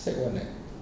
sec one eh